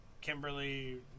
Kimberly